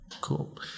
Cool